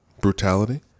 brutality